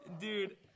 Dude